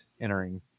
entering